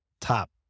top